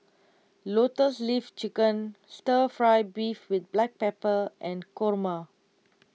Lotus Leaf Chicken Stir Fry Beef with Black Pepper and Kurma